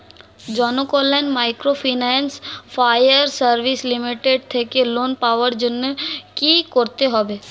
Janakalyan microfinance fire service limited থেকে loan পাওয়ার জন্য কি করতে হবে?